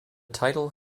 title